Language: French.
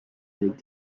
avec